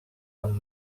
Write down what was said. amb